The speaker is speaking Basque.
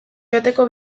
joateko